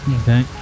Okay